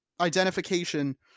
identification